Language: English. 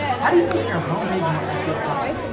how do you make your homepage more seo friendly?